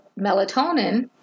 melatonin